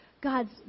God's